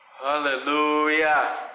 Hallelujah